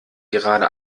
gerade